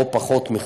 או פחות מכך,